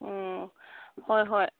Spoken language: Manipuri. ꯎꯝ ꯍꯣꯏ ꯍꯣꯏ